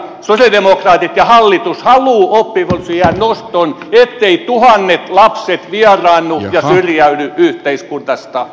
sen takia sosialidemokraatit ja hallitus haluavat oppivelvollisuusiän noston etteivät tuhannet lapset vieraannu ja syrjäydy yhteiskunnasta